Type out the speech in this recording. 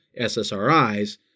SSRIs